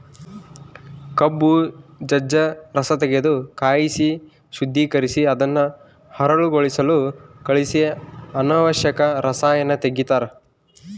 ಕಬ್ಬು ಜಜ್ಜ ರಸತೆಗೆದು ಕಾಯಿಸಿ ಶುದ್ದೀಕರಿಸಿ ಅದನ್ನು ಹರಳುಗೊಳಿಸಲು ಕಳಿಹಿಸಿ ಅನಾವಶ್ಯಕ ರಸಾಯನ ತೆಗಿತಾರ